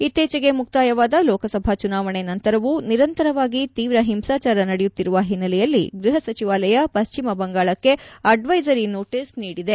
ಇತ್ತೀಚೆಗೆ ಮುಕ್ತಾಯವಾದ ಲೋಕಸಭಾ ಚುನಾವಣೆ ನಂತರವೂ ನಿರಂತರವಾಗಿ ತೀವ್ರ ಹಿಂಸಾಚಾರ ನಡೆಯುತ್ತಿರುವ ಹಿನ್ನೆಲೆಯಲ್ಲಿ ಗೃಹ ಸಚಿವಲಯ ಪಶ್ಚಿಮ ಬಂಗಾಳಕ್ಕೆ ಅಡ್ವೇಸರಿ ನೋಟಸ್ ನೀಡಿದೆ